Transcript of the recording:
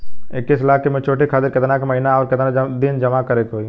इक्कीस लाख के मचुरिती खातिर केतना के महीना आउरकेतना दिन जमा करे के होई?